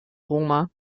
roma